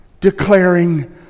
declaring